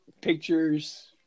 pictures